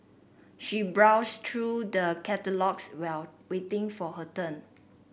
she browsed through the catalogues while waiting for her turn